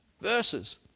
verses